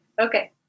Okay